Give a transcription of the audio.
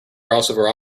crossover